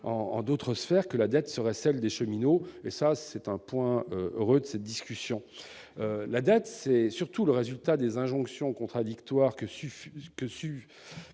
dans d'autres sphères, que la dette serait celle des cheminots. C'est un point heureux de cette discussion. La dette est surtout le résultat des injonctions contradictoires auxquelles